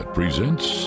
presents